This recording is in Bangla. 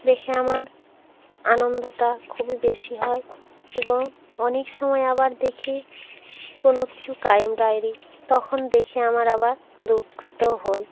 দেখে আমার আনন্দটা খুবই বেশি হয় এবং অনেক সময় আবার দেখি কোনও কিছু ক্রাইম ডায়েরি তখন দেখে আমার আবার দুঃখিত হই